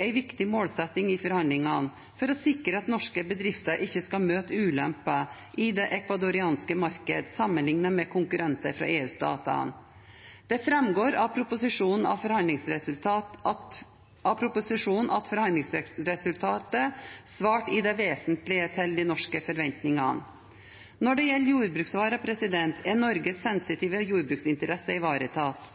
en viktig målsetting i forhandlingene, for å sikre at norske bedrifter ikke skal møte ulemper i det ecuadorianske markedet sammenlignet med konkurrenter fra EU-stater. Det framgår av proposisjonen at forhandlingsresultatet svarte i det vesentlige til de norske forventningene. Når det gjelder jordbruksvarer, er Norges sensitive jordbruksinteresser ivaretatt,